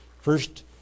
first